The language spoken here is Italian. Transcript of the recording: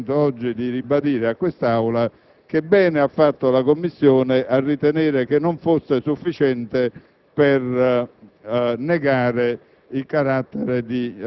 accettata e mi sento oggi di ribadire a quest'Aula che bene ha fatto la Commissione a ritenere che essa non fosse sufficiente a negare